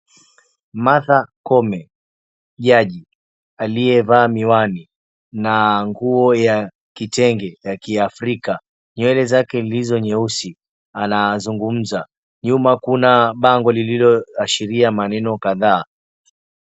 Martha Koome, jaji aliyevaa miwani, na nguo ya kitenge ya Kiafrika, nywele zake zilizo nyeusi anazungumza. Nyuma kuna bango lilliloashiria maneno kadhaa.